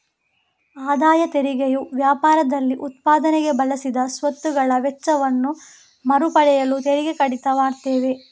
ಆದಾಯ ತೆರಿಗೆಯು ವ್ಯಾಪಾರದಲ್ಲಿ ಉತ್ಪಾದನೆಗೆ ಬಳಸಿದ ಸ್ವತ್ತುಗಳ ವೆಚ್ಚವನ್ನ ಮರು ಪಡೆಯಲು ತೆರಿಗೆ ಕಡಿತ ಮಾಡ್ತವೆ